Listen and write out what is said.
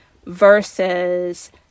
versus